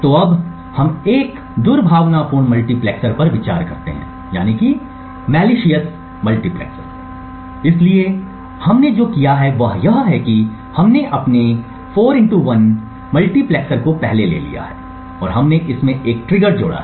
तो अब हम एक दुर्भावनापूर्ण मल्टीप्लेक्सर पर विचार करते हैं इसलिए हमने जो किया है वह यह है कि हमने अपने 4 1 मल्टीप्लेक्सर को पहले ले लिया है और हमने इसमें एक ट्रिगर सर्किट जोड़ा है